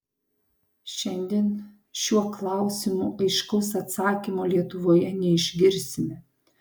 šiandien šiuo klausimu aiškaus atsakymo lietuvoje neišgirsime